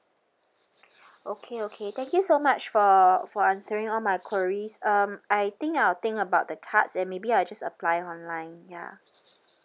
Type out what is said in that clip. okay okay thank you so much for for answering all my queries um I think I'll think about the cards and maybe I'll just apply online ya